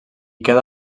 queda